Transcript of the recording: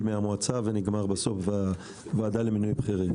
מהמועצה ונגמר בסוף בוועדה למינוי בכירים.